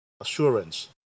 assurance